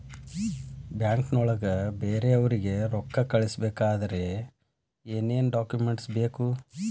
ಬ್ಯಾಂಕ್ನೊಳಗ ಬೇರೆಯವರಿಗೆ ರೊಕ್ಕ ಕಳಿಸಬೇಕಾದರೆ ಏನೇನ್ ಡಾಕುಮೆಂಟ್ಸ್ ಬೇಕು?